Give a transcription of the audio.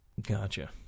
Gotcha